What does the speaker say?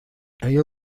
آیا